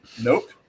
Nope